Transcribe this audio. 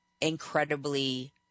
incredibly